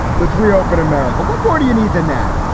let's reopen america. what more do you need than that?